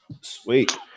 Sweet